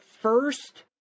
first